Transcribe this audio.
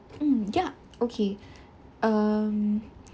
mm ya okay um